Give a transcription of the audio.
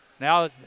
Now